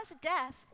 death